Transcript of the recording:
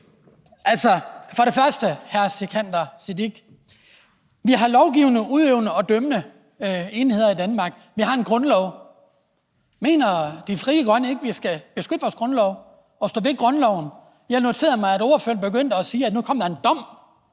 indlæg. For det første, hr. Sikandar Siddique, har vi lovgivende, udøvende og dømmende enheder i Danmark, og vi har en grundlov. Mener de Frie Grønne ikke, at vi skal beskytte vores grundlov og stå ved grundloven? Jeg noterede mig, at ordføreren begyndte at sige, at der nu kom en dom,